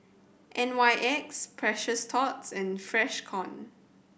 N Y X Precious Thots and Freshkon